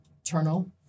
internal